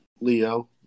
Leo